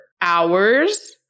hours